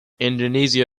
indonesia